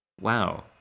wow